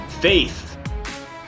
faith